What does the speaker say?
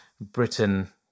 Britain